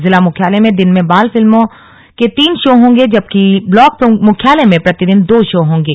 जिला मुख्यालय में दिन में बाल फिल्मों के तीन शो होंगे जबकि ब्लाक मुख्यालय में प्रतिदिन दो शो होंगे